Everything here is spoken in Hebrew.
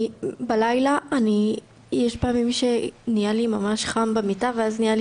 בלילה יש פעמים שנהיה לי ממש חם במיטה ואז יש לי